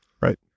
Right